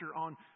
on